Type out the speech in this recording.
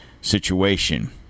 situation